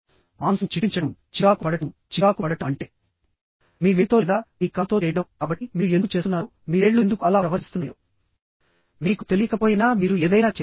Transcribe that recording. మాంసం చిట్లించడం చికాకు పడటం చికాకు పడటం అంటే మీ వేలితో లేదా మీ కాలుతో చేయడం కాబట్టి మీరు ఎందుకు చేస్తున్నారో మీ వేళ్లు ఎందుకు అలా ప్రవర్తిస్తున్నాయో మీకు తెలియకపోయినా మీరు ఏదైనా చేస్తారు